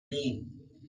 mean